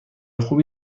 خوبی